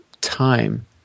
time